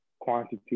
quantity